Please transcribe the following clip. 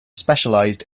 specialized